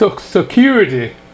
security